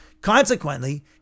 Consequently